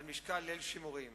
על משקל ליל שימורים.